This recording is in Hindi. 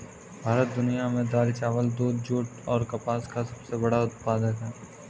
भारत दुनिया में दाल, चावल, दूध, जूट और कपास का सबसे बड़ा उत्पादक है